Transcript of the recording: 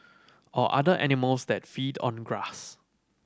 or other animals that feed on the grass